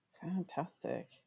fantastic